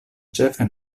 ĉefe